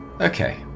okay